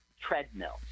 treadmill